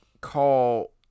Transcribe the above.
call